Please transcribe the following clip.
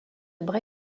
bray